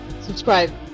subscribe